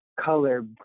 color